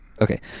okay